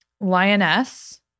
Lioness